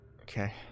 Okay